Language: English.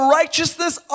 righteousness